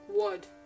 Word